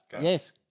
yes